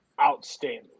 outstanding